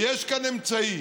ויש כאן אמצעי